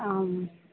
आम्